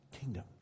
kingdom